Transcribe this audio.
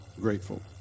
grateful